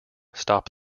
stop